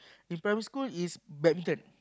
your primary school is better